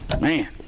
Man